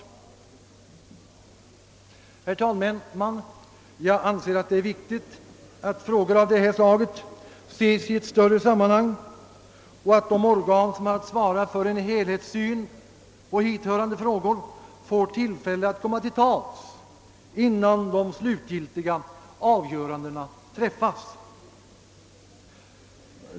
Herr talman! Jag anser att det är viktigt att frågor av detta slag ses i ett större sammanhang och att de organ som har att svara för en helhetssyn på hithörande frågor får tillfälle att komma till tals innan de slutgiltiga avgörandena träffas.